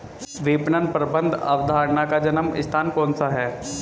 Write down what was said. विपणन प्रबंध अवधारणा का जन्म स्थान कौन सा है?